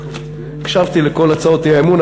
הקשבתי לכל הצעות האי-אמון.